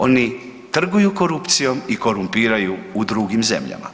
Oni trguju korupcijom i korumpiraju u drugim zemljama.